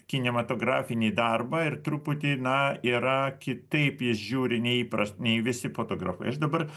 kinematografinį darbą ir truputį na yra kitaip jis žiūri neįpras nei visi fotografai aš dabar